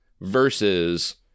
versus